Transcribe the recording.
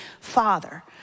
father